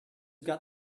got